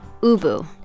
Ubu